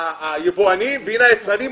היבואנים והנה היצרנים,